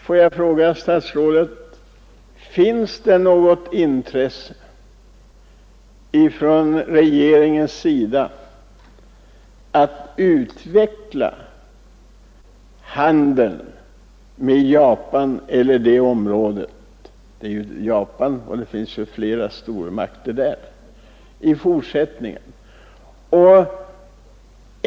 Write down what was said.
Får jag fråga statsrådet: Finns det något intresse från regeringens sida för att utveckla handeln med Japan och angränsande områden i fortsättningen? Jag syftar främst på Japan, men detta land har ju även stora grannar.